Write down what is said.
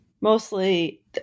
Mostly